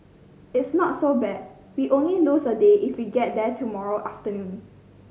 it's not so bad we only lose a day if we get there tomorrow afternoon